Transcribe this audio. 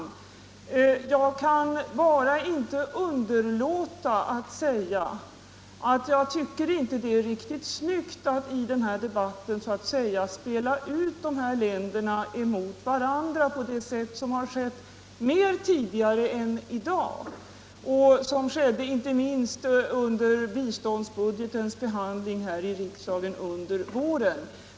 Men jag kan bara inte underlåta att säga, att jag tycker inte det är riktigt snyggt att i denna debatt så att säga spela ut dessa länder mot varandra på det sätt som skett — tidigare mer än i dag — och som skedde inte minst under biståndsbudgetens behandling här i riksdagen under våren.